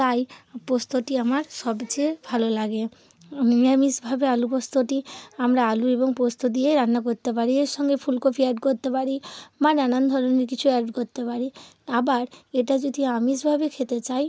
তাই পোস্তটি আমার সবচেয়ে ভালো লাগে নিরামিষভাবে আলু পোস্তটি আমরা আলু এবং পোস্ত দিয়েই রান্না করতে পারি এর সঙ্গে ফুলকপি অ্যাড করতে পারি বা নানান ধরনের কিছু অ্যাড করতে পারি আবার এটা যদি আমিষভাবে খেতে চাই